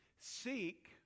Seek